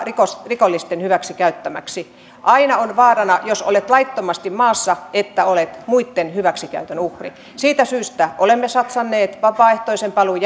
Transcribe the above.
rikollisten hyväksikäyttämäksi aina on vaarana jos on laittomasti maassa että on muitten hyväksikäytön uhri siitä syystä olemme satsanneet vapaaehtoisen paluun